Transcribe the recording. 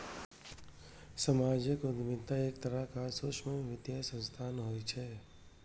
सामाजिक उद्यमिता एक तरहक सूक्ष्म वित्तीय संस्थान होइ छै